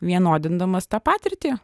vienodindamas tą patirtį